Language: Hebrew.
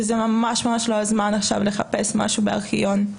וזה ממש ממש לא הזמן עכשיו לחפש משהו בארכיון.